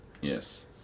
Yes